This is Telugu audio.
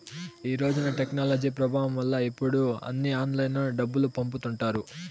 ఈ రోజున టెక్నాలజీ ప్రభావం వల్ల ఇప్పుడు అన్నీ ఆన్లైన్లోనే డబ్బులు పంపుతుంటారు